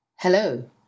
Hello